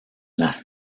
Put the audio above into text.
las